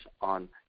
on